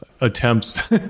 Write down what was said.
attempts